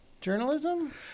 journalism